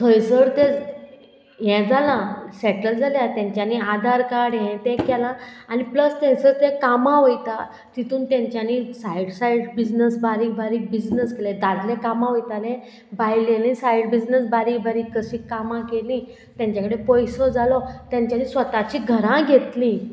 थंयसर तें हें जालां सेटल जाल्या तेंच्यांनी आदार कार्ड हें तें केलां आनी प्लस थंयसर तें कामां वयता तितून तेंच्यांनी सायड सायड बिजनस बारीक बारीक बिजनस केलें दादलें कामां वयतालें बायलेंनी सायड बिजनस बारीक बारीक कशीं कामां केलीं तेंच्या कडेन पयसो जालो तेंच्यांनी स्वताची घरां घेतलीं